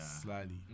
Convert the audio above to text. slightly